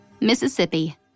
Mississippi